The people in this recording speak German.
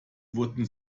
wurden